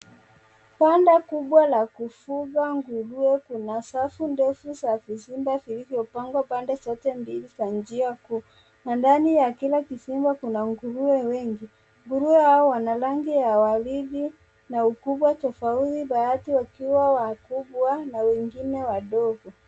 Banda kubwa la kufuga nguruwe kuna safu ndefu za vizimba vilivyopangwa pande zote mbili za njia kuu na ndani ya kila kizimba kuna nguruwe wengi. Nguruwe hao wana rangi ya waridi na ukubwa tofauti baadhi wakiwa wakubwa na wengine wadogo.